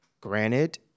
granted